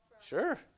Sure